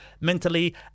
mentally